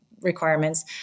requirements